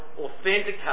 authenticate